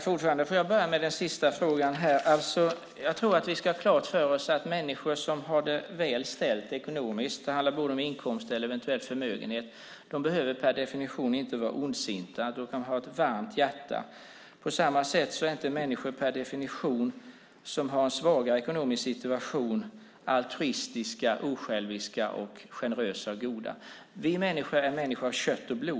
Fru talman! Får jag börja med den sista frågan? Jag tror att vi ska ha klart för oss att människor som har det väl ställt ekonomiskt, det handlar både om inkomst och om eventuell förmögenhet, per definition inte behöver vara ondsinta. De kan ha ett varmt hjärta. På samma sätt är inte människor som har en svagare ekonomisk situation per definition altruistiska, osjälviska, generösa och goda. Vi människor är människor av kött och blod.